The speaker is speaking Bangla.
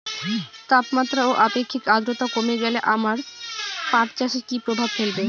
তাপমাত্রা ও আপেক্ষিক আদ্রর্তা কমে গেলে আমার পাট চাষে কী প্রভাব ফেলবে?